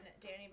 Danny